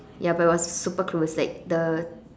ya but it was super close like the